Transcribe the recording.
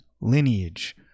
lineage